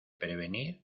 prevenir